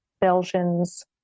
Belgians